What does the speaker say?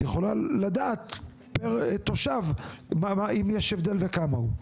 את יכולה לדעת פר תושב אם יש הבדל וכמה הוא?